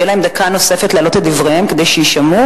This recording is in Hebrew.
הדרך היחידה לעלות היא להציב מערכת יעדים.